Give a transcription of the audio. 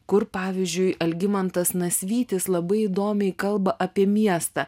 kur pavyzdžiui algimantas nasvytis labai įdomiai kalba apie miestą